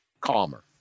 calmer